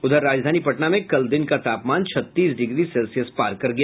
उधर राजधानी पटना में कल दिन का तापमान छत्तीस डिग्री सेल्सियस पार कर गया